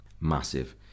Massive